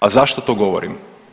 A zašto to govorim?